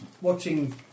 watching